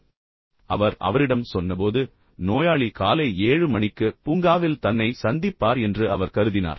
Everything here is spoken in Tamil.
இப்போது அவர் அவரிடம் சொன்னபோது நோயாளி காலை 7 மணிக்கு பூங்காவில் தன்னை சந்திப்பார் என்று அவர் கருதினார்